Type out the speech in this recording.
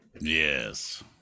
yes